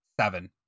seven